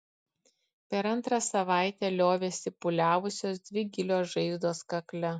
per antrą savaitę liovėsi pūliavusios dvi gilios žaizdos kakle